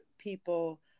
People